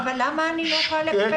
למה אני לא יכולה להעיר?